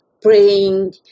praying